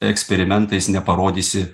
eksperimentais neparodysi